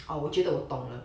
呃我觉得我懂了